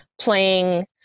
playing